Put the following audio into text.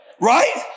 Right